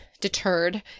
deterred